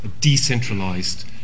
decentralized